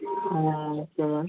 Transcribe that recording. yeah okay ma'am